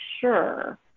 sure